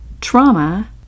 trauma